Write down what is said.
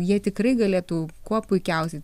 jie tikrai galėtų kuo puikiausiai